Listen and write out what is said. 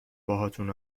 باهاتون